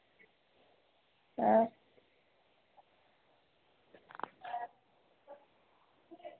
आं